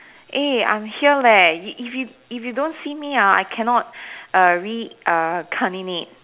eh I'm here leh if you if you don't see me ah I cannot err re~ err reincarnate